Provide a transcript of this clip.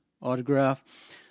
autograph